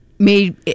made